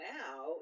now